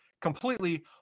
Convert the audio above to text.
completely